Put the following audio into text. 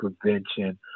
prevention